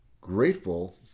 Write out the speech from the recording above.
grateful